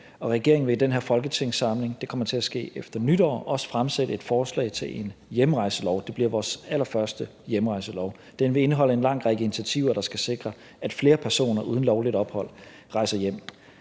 regeringen vil i den her folketingssamling – det kommer til at ske efter nytår – også fremsætte et forslag til en hjemrejselov. Det bliver vores allerførste hjemrejselov. Den vil indeholde en lang række initiativer, der skal sikre, at flere personer uden lovligt ophold rejser hjem.